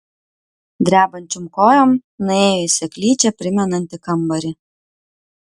drebančiom kojom nuėjo į seklyčią primenantį kambarį